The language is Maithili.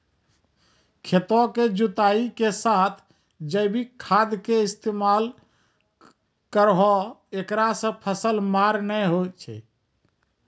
खेतों के जुताई के साथ जैविक खाद के इस्तेमाल करहो ऐकरा से फसल मार नैय होय छै?